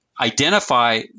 identify